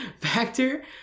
factor